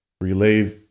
relay